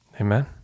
Amen